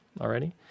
already